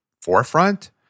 forefront